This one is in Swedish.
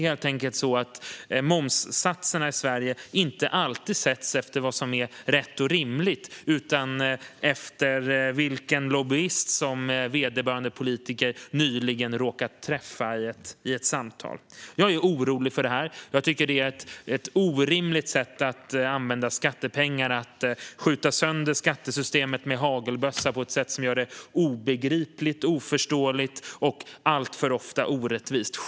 Momssatserna i Sverige sätts helt enkelt inte alltid utifrån vad som är rätt och rimligt, utan utifrån vilken lobbyist som vederbörande politiker nyligen har råkat träffa och samtalat med. Jag är orolig för detta och tycker att det är orimligt att använda skattepengar till att skjuta sönder skattesystemet med hagelbössa på ett sätt som gör det obegripligt, oförståeligt och ofta alltför orättvist.